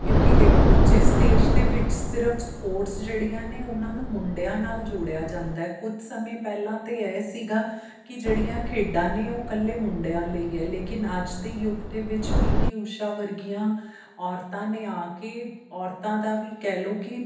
ਕਿਉਂਕਿ ਦੇਖੋ ਜਿਸ ਦੇਸ਼ ਦੇ ਵਿੱਚ ਸਿਰਫ ਸਪੋਰਟਸ ਜਿਹੜੀਆਂ ਨੇ ਉਹਨਾਂ ਨੂੰ ਮੁੰਡਿਆਂ ਨਾਲ ਜੋੜਿਆ ਜਾਂਦਾ ਕੁਝ ਸਮੇਂ ਪਹਿਲਾਂ ਤਾਂ ਇਹ ਸੀਗਾ ਕਿ ਜਿਹੜੀਆਂ ਖੇਡਾਂ ਨੇ ਉਹ ਇਕੱਲੇ ਮੁੰਡਿਆਂ ਲਈ ਹੈ ਲੇਕਿਨ ਅੱਜ ਦੇ ਯੁੱਗ ਦੇ ਵਿੱਚ ਪੀ ਟੀ ਊਸ਼ਾ ਵਰਗੀਆਂ ਔਰਤਾਂ ਨੇ ਆ ਕੇ ਔਰਤਾਂ ਦਾ ਵੀ ਕਹਿ ਲਓ ਕਿ